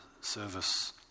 service